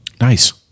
Nice